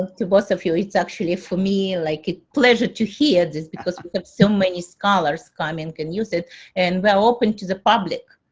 to both of you. it's actually for me like, pleasure to hear this because we have so many scholars come in, can use it and we're open to the public.